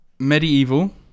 Medieval